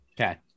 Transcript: Okay